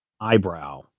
eyebrow